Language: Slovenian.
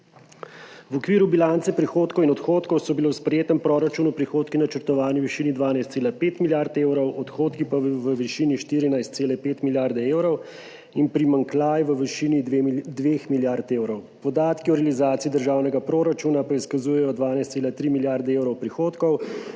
V okviru bilance prihodkov in odhodkov so bili v sprejetem proračunu prihodki načrtovani v višini 12,5 milijarde evrov, odhodki pa v višini 14,5 milijarde evrov in primanjkljaj v višini 2 milijard evrov. Podatki o realizaciji državnega proračuna pa izkazujejo 12,3 milijarde evrov prihodkov,